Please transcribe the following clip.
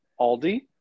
Aldi